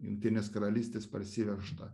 jungtinės karalystės parsivežtą